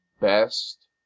best